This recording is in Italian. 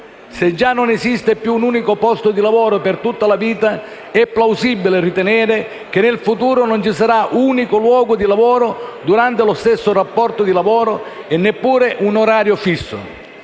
Se già non esiste più un unico posto di lavoro per tutta la vita, è plausibile ritenere che nel futuro non ci sarà un unico luogo di lavoro durante lo stesso rapporto di lavoro e neppure un orario fisso.